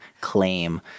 claim